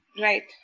Right